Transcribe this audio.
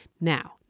Now